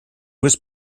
was